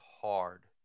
hard